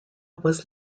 was